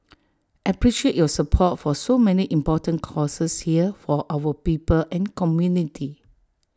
appreciate your support for so many important causes here for our people and community